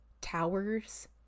towers